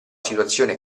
situazione